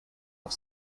auf